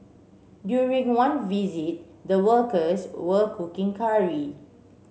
during one visit the workers were cooking curry